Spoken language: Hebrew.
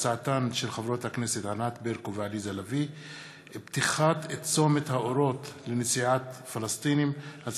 בהצעתן של חברות הכנסת ענת ברקו ועליזה לביא בנושא: ליקויים בהליך